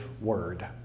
word